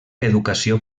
educació